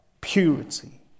purity